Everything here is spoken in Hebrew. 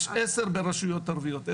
יש 10 רשויות ערביות.